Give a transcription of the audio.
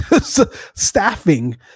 staffing